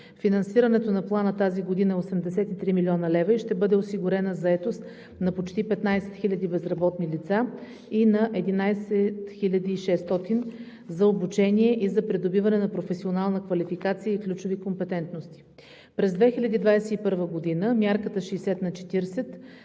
Финансирането на Плана тази година е 83 млн. лв. и ще бъде осигурена заетост на почти 15 хиляди безработни лица и на 11 600 за обучение и за придобиване на професионална квалификация и ключови компетентности. През 2021 г. мярката 60/40